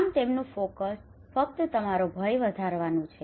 આમ તેમનું focus focus ધ્યાન કેન્દ્રિત ફક્ત તમારો ભય વધારવાનું છે